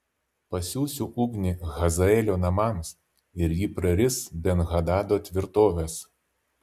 pasiųsiu ugnį hazaelio namams ir ji praris ben hadado tvirtoves